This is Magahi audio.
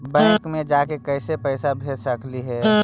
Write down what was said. बैंक मे जाके कैसे पैसा भेज सकली हे?